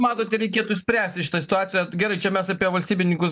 matote reikėtų spręsti šitą situaciją gerai čia mes apie valstybininkus